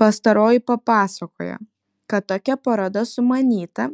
pastaroji papasakojo kad tokia paroda sumanyta